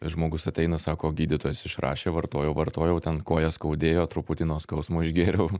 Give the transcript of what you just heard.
žmogus ateina sako gydytojas išrašė vartojau vartojau ten koją skaudėjo truputį nuo skausmo išgėriau